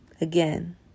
Again